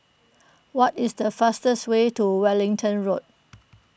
what is the fastest way to Wellington Road